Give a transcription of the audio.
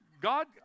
God